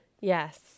yes